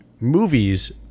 movies